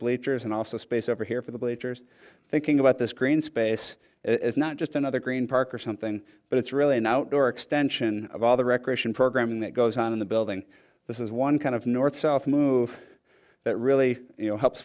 bleachers and also space over here for the bleachers thinking about this green space it's not just another green park or something but it's really an outdoor extension of all the recreation programming that goes on in the building this is one kind of north south move that really